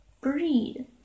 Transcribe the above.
breed